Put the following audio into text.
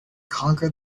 conquer